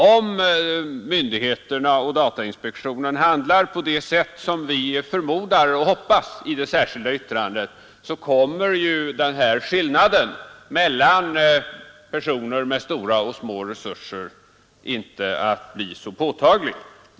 Om myndigheterna och datainspektionen handlar på det sätt som vi i det särskilda yttrandet förmodar och hoppas, så kommer ju den här skillnaden mellan personer med stora och små resurser inte att bli så påtaglig.